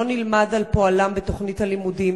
לא נלמד על פועלם בתוכנית הלימודים,